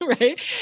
right